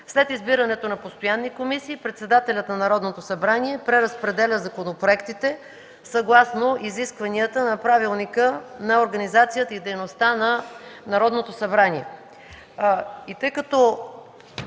След избирането на постоянни комисии, председателят на Народното събрание преразпределя законопроектите съгласно изискванията на Правилника за организацията и дейността на Народното събрание.”